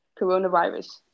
coronavirus